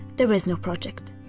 there is no project.